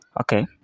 okay